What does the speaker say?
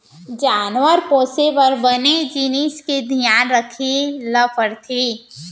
जानवर पोसे बर बने जिनिस के धियान रखे ल परथे